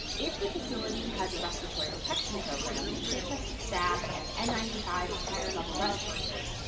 if the facility has a respiratory protection program with fit-tested staff and n ninety five or higher level respirators,